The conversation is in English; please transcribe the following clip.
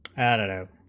at at a